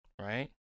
Right